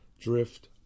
drift